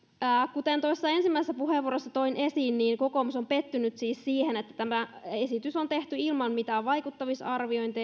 kuten tuossa ensimmäisessä puheenvuorossani toin esiin kokoomus on pettynyt siis siihen että tämä esitys on tehty ilman mitään vaikuttavuusarviointeja